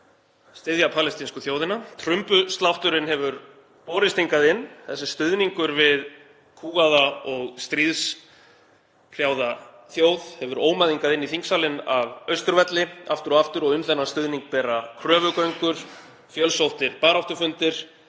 styðja palestínsku þjóðina. Trumbuslátturinn hefur borist hingað inn. Þessi stuðningur við kúgaða og stríðshrjáða þjóð hefur ómað hingað inn í þingsalinn af Austurvelli aftur og aftur og um þennan stuðning bera kröfugöngur, fjölsóttir baráttufundir,